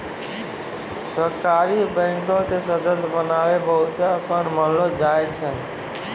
सहकारी बैंको के सदस्य बननाय बहुते असान मानलो जाय छै